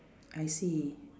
I see